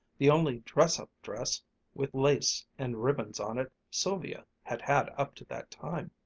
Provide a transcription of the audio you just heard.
the only dress-up dress with lace and ribbons on it sylvia had had up to that time.